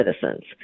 citizens